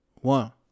One